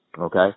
Okay